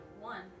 One